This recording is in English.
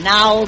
Now